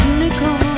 nickel